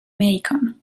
macon